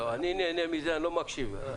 אני נהנה מזה אני לא מקשיב.